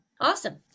Awesome